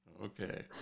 Okay